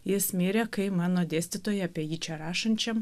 jis mirė kai mano dėstytoja apie jį čia rašančiam